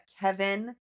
Kevin